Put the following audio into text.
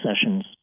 sessions